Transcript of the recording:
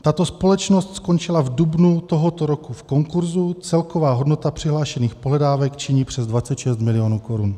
Tato společnost skončila v dubnu tohoto roku v konkurzu, celková hodnota přihlášených pohledávek činí přes 26 mil. korun.